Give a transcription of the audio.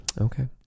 Okay